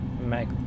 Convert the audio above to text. make